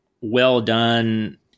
well-done